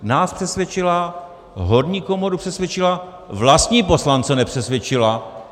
Nás přesvědčila, horní komoru přesvědčila vlastní poslance nepřesvědčila.